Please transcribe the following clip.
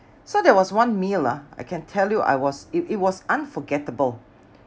so there was one meal ah I can tell you I was it it was unforgettable